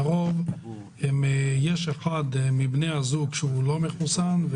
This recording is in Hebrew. לרוב יש אחד מבני הזוג שהוא לא מחוסן.